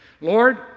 Lord